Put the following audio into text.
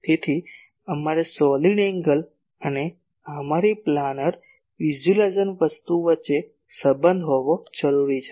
તેથી અમારે નક્કર ખૂણો અને અમારી પ્લાનર વિઝ્યુલાઇઝેશન વસ્તુ વચ્ચે સંબંધ હોવો જરૂરી છે